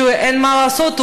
שאין מה לעשות,